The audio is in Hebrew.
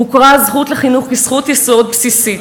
הוכרה הזכות לחינוך כזכות יסוד בסיסית.